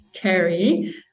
Carrie